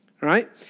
Right